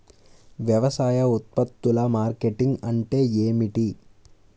వ్యవసాయ ఉత్పత్తుల మార్కెటింగ్ అంటే ఏమిటి?